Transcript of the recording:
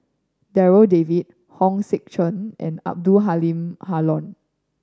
Darryl David Hong Sek Chern and Abdul Halim Haron